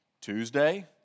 Tuesday